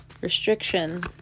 restriction